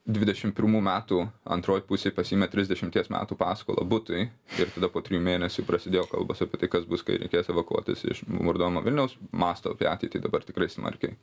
dvidešim pirmų metų antroj pusėj pasiėmė trisdešimties metų paskolą butui ir tada po trijų mėnesių prasidėjo kalbos apie tai kas bus kai reikės evakuotis iš murdomo vilniaus mąsto apie ateitį dabar tikrai smarkiai